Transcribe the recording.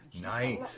Nice